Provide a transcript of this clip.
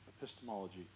epistemology